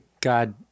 God